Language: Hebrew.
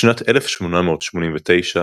בשנת 1898,